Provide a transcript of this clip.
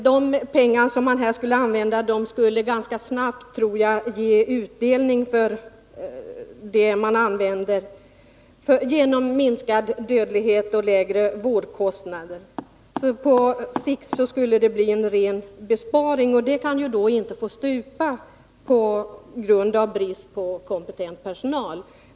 De pengar som krävs skulle snabbt, tror jag, ge utdelning i form av minskad dödlighet och lägre vårdkostnader. På sikt skulle det bli en ren besparing. Därför kan det inte få stupa på grund av brist på kompetent personal.